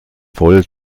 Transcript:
voll